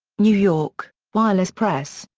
new york wireless press,